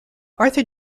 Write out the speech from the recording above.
arthur